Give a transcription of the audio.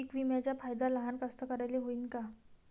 पीक विम्याचा फायदा लहान कास्तकाराइले होईन का?